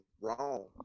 wrong